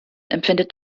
empfindet